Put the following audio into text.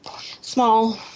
small